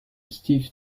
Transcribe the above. steve